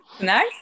Nice